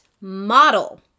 model